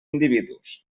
individus